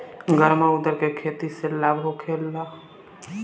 गर्मा उरद के खेती से लाभ होखे ला?